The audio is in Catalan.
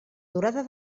durada